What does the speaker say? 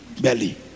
belly